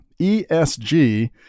ESG